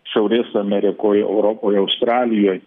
šiaurės amerikoj europoje australijoj